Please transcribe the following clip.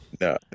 no